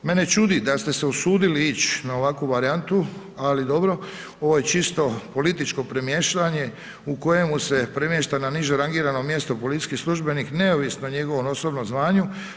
Mene čudi da ste se usudili ići na ovakvu varijantu, ali dobro, ovo je čisto političko premještanje, u kojemu se premješta na niže rangirano mjesto policijski službenik neovisno o njegovom osnovnom zvanju.